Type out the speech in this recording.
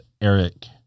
Eric